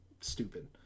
stupid